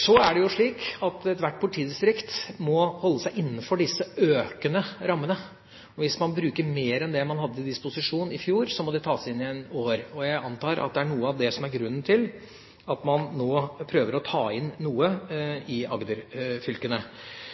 Så er det slik at ethvert politidistrikt må holde seg innenfor disse økende rammene. Hvis man bruker mer enn det man hadde til disposisjon i fjor, må det tas inn i år. Jeg antar at det er noe av grunnen til at man nå prøver å ta inn noe i